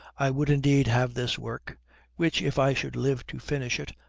i would, indeed, have this work which, if i should live to finish it,